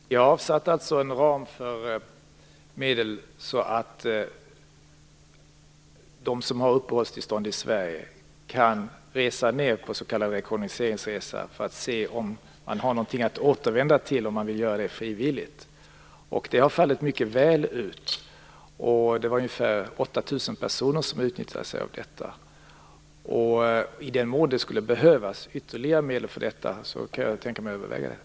Fru talman! Jag har låtit avsätta en ram för medel så att de som har uppehållstillstånd kan resa ned på s.k. rekognoseringsresa för att se om det finns något att återvända till - om de vill göra det frivilligt. Detta har fallit väl ut. Ungefär 8 000 personer har utnyttjat sig av detta. Jag kan tänka mig att överväga i vilken mån det skulle behövas ytterligare medel.